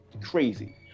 crazy